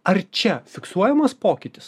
ar čia fiksuojamas pokytis